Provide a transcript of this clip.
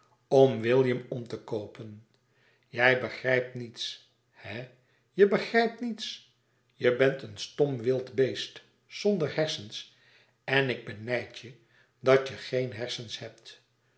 om william om te koopen je begrijpt niets hè je begrijpt niets je bent een stom wild beest zonder hersens en ik benijd je dat je geen hersens hebt